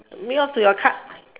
near to your card